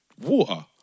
water